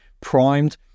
primed